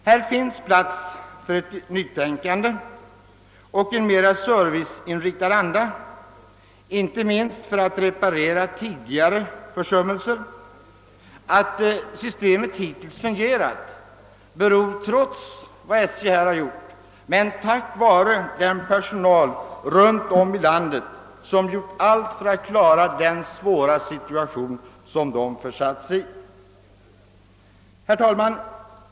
Här finns plats för ett nytänkande och en mera serviceinriktad anda, inte minst för att reparera tidigare försummelser. Att systemet hittills fungerat beror framför allt på den personal runt om i landet som verkligen har gjort allt för att klara upp den svåra situation som den försatts i på grund av vad SJ gjort. Herr talman!